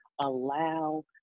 allow